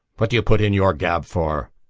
what do you put in your gab for?